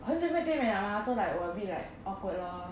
很久没见面了 mah so like will be a bit like awkward lor